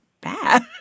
bad